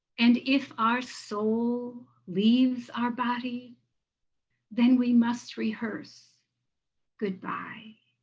and if our soul leaves our body then we must rehearse goodbye.